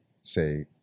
say